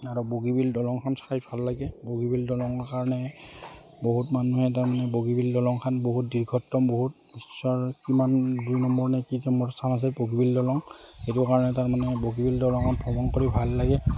আৰু বগীবিল দলংখন চাই ভাল লাগে বগীবিল দলংৰ কাৰণে বহুত মানুহে তাৰমানে বগীবিল দলংখন বহুত দীৰ্ঘত্তম বহুত বিশ্বৰ কিমান দুই নম্বৰ নে কি নম্বৰ স্থান আছে বগীবিল দলং সেইটো কাৰণে তাৰমানে বগীবিল দলংখন ভ্ৰমণ কৰি ভাল লাগে